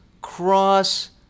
cross